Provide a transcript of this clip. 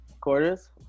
Quarters